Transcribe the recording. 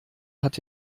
hat